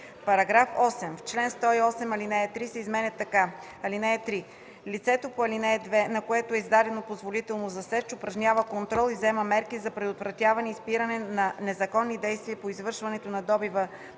§ 8: „§ 8. В чл. 108 ал. 3 се изменя така: „(3) Лицето по ал. 2, на което е издадено позволителното за сеч, упражнява контрол и взема мерки за предотвратяване и спиране на незаконни действия по извършването на добива